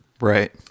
Right